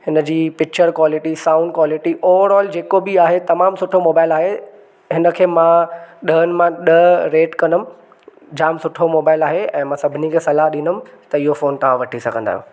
इनजी picture quality sound quality overall जेको बि आहे तमामु सुठो मोबाइल आहे हिन खे मां ॾहनि मां ॾह रेट कंदमि जामु सुठो मोबाइल आहे ऐं मां सभिनि खे सलाह डींदमि त इहो फोन तव्हां वठी सघंदा आहियो